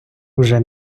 вже